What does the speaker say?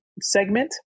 segment